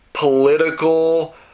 political